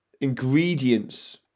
ingredients